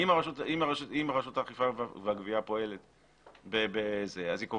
אם רשות האכיפה והגבייה פועלת בזה,